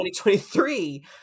2023